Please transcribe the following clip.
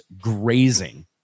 grazing